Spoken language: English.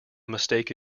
mistake